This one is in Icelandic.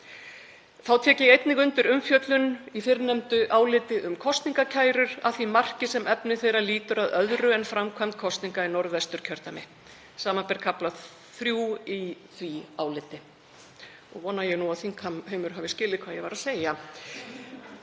Þá tek ég einnig undir umfjöllun í fyrrnefndu áliti um kosningakærur, að því marki sem efni þeirra lýtur að öðru en framkvæmd kosninga í Norðvesturkjördæmi, samanber kafla III í því áliti og vona ég nú að þingheimur hafi skilið hvað ég var að segja.